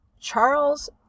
Charles